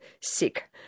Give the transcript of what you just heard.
sick